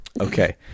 Okay